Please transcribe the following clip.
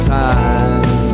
time